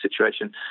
situation